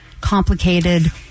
complicated